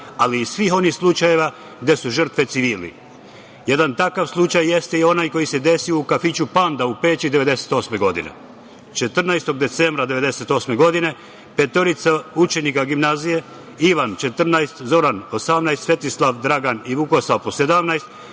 ali i svih onih slučajeva gde su žrtve civili. Jedan takav slučaj jeste i onaj koji se desio u kafiću „Panda“ u Peći 1998. godine. Dana 14. decembra 1998. godine petoro učenika gimnazije Ivan (14), Zoran (18), Svetislav, Dragan i Vukosav (17)